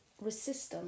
resistance